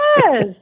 Yes